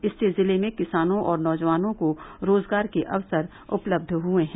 इससे जिले में किसानों और नौजवानों को रोजगार के अवसर उपलब्ध हुये हैं